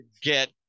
get